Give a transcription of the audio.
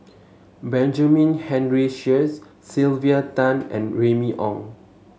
Benjamin Henry Sheares Sylvia Tan and Remy Ong